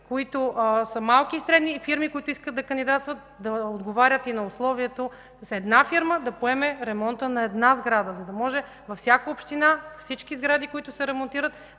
които са малки и средни, и фирми, които искат да кандидатстват, да отговарят и на условието една фирма да поеме ремонта на една сграда, за да може във всяка община всички сгради, които се ремонтират,